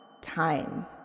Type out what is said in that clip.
Time